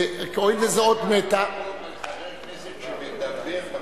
הואיל וזו אות מתה ------ על חבר כנסת שמדבר בטלפון.